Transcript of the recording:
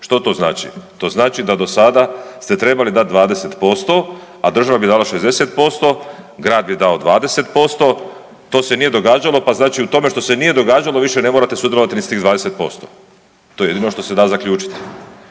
Što to znači? To znači da do sada ste trebali dati 20%, a država bi dala 60%, grad bi dao 20%, to se nije događalo pa znači u tome što se nije događalo više ne morate sudjelovati ni s tih 20%. To je jedino što se da zaključiti.